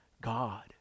God